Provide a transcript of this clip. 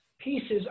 pieces